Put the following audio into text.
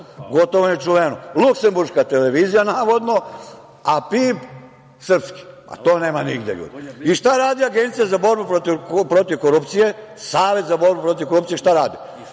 Gotovo nečuveno. Luksemburška televizija, navodno, a PIB srpski. To nema nigde, ljudi. Šta radi Agencija za borbu protiv korupcije, Savet za borbu protiv korupcije? Šta rade?